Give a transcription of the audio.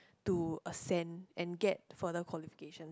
to ascend and get further qualification